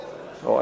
לא, לא.